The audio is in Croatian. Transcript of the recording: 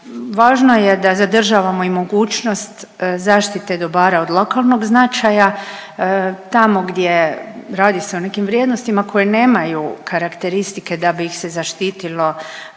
Važno je da zadržavamo i mogućnost zaštite dobara od lokalnog značaja, tamo gdje, radi se o nekim vrijednostima koje nemaju karakteristike da bi ih se zaštitilo